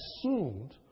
assumed